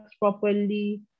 properly